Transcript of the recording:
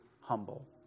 humble